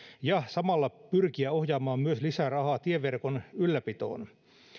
ja samalla pyrkiä ohjaamaan myös lisää rahaa tieverkon ylläpitoon